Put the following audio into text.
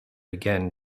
again